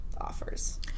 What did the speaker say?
offers